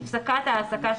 "הפסקת העסקה",